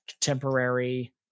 contemporary